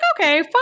okay